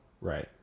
Right